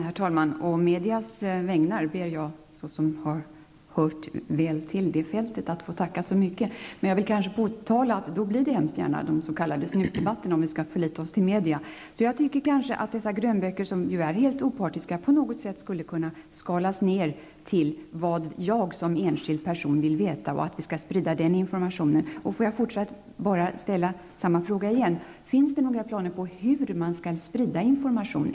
Herr talman! Å medias vägnar ber jag, som har hört väl till detta fält, att få tacka så mycket. Men jag vill påtala att om vi skall förlita oss på media, blir det gärna de s.k. snusdebatterna. Jag tycker därför att dessa grönböcker, som ju är helt opartiska, på något sätt skulle kunna så att säga skalas ned till vad jag som enskild person vill veta och att denna information skall spridas. Jag vill ställa samma fråga en gång till: Finns det några planer på hur man skall sprida information?